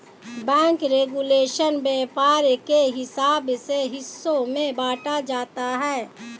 bank regulation व्यापार के हिसाब से हिस्सों में बांटा जाता है